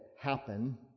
happen